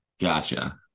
gotcha